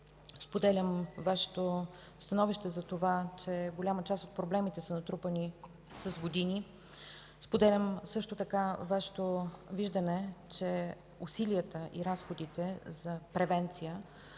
споделям Вашето становище, че голяма част от проблемите са натрупани с години. Споделям също така Вашето виждане, че усилията и разходите за превенция